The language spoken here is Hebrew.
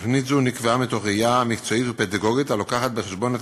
תוכנית זו נקבעה מתוך ראייה מקצועית ופדגוגית המביאה בחשבון את